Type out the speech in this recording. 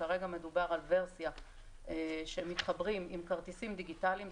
כרגע מדובר על ורסיה שמתחברים עם כרטיסים דיגיטליים,